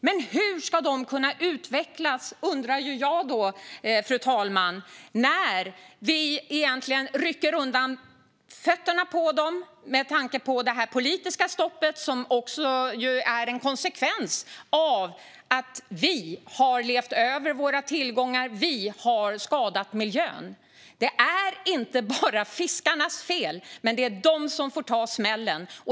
Men hur ska de kunna utvecklas, undrar jag, när vi egentligen sparkar undan fötterna på dem? Det är med tanke på det politiska stoppet. Det är en konsekvens av att vi har levt över våra tillgångar. Vi har skadat miljön. Det är inte bara fiskarnas fel. Men det är de som får ta smällen.